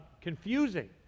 confusing